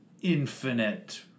infinite